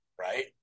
right